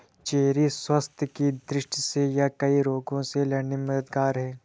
cherry स्वास्थ्य की दृष्टि से यह कई रोगों से लड़ने में मददगार है